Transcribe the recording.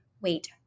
wait